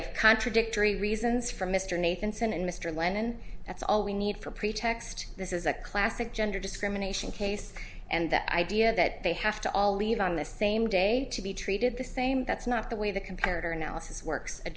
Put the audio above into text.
have contradictory reasons for mr nathan son and mr lennon that's all we need for pretext this is a classic gender discrimination case and the idea that they have to all leave on the same day to be treated the same that's not the way the comparative analysis works a